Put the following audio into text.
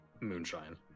moonshine